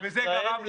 -- וזה גרם לזה.